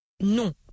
Non